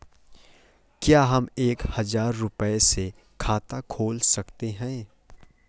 क्या हम एक हजार रुपये से खाता खोल सकते हैं?